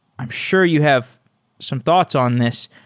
i'm sure you have some thoughts on this.